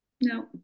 No